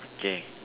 okay